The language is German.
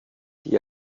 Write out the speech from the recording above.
die